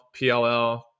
PLL